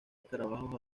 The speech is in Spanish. escarabajos